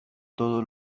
todo